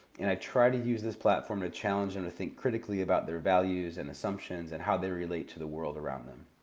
and i try to use this platform to challenge them and to think critically about their values and assumptions and how they relate to the world around them.